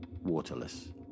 waterless